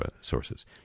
sources